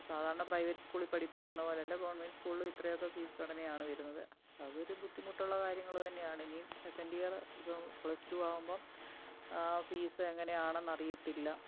സാധാരണ പ്രൈവറ്റ് സ്കൂളിൽ പഠിപ്പിക്കുന്ന പോലല്ല ഗവൺമെൻറ് സ്കൂളും ഇത്രയൊക്കെ ഫീസ് ഘടനിയാണ് വരുന്നത് അതൊരു ബുദ്ധിമുട്ടുള്ള കാര്യങ്ങള് തന്നെയാണ് ഇനിയം സെക്കൻ് ഇയർ ഇപ്പം പ്ലസ് ടു ആവുമ്പം ആ ഫീസ് എങ്ങനെയാണെന്ന അറിയത്തില്ല